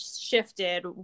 shifted